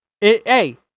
Hey